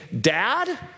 dad